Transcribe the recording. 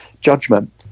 judgment